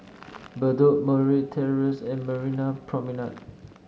bedok Murray Terrace and Marina Promenade